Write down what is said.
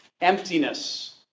emptiness